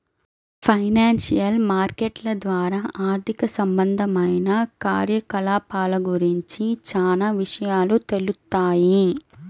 financial మార్కెట్ల ద్వారా ఆర్థిక సంబంధమైన కార్యకలాపాల గురించి చానా విషయాలు తెలుత్తాయి